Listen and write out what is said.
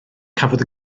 cafodd